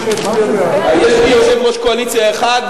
יש לי יושב-ראש קואליציה אחד,